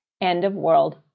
end-of-world